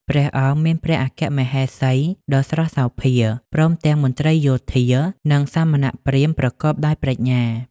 ព្រះអង្គមានព្រះអគ្គមហេសីដ៏ស្រស់សោភា ព្រមទាំងមន្ត្រីយោធា និងសមណព្រាហ្មណ៍ប្រកបដោយប្រាជ្ញា។